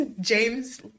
james